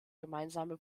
gemeinsame